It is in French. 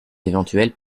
éventuelle